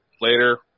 later